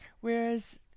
Whereas